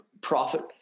profit